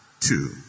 two